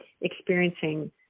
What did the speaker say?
experiencing